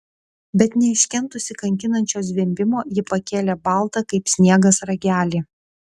bet neiškentusi kankinančio zvimbimo ji pakėlė baltą kaip sniegas ragelį